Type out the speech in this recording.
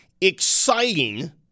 exciting